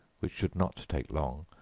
which should not take long,